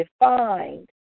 defined